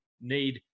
need